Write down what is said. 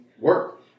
Work